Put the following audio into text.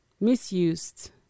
misused